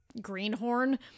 greenhorn